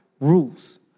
rules